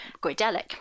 goidelic